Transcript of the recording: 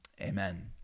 Amen